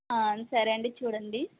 సరే అండి చూడండి